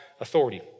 authority